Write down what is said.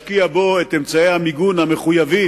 הממשלה ולהשקיע בו את אמצעי המיגון המחויבים,